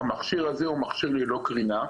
המכשיר הזה הוא מכשיר ללא קרינה.